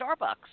Starbucks